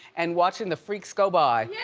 and watching the freaks go by. yeah!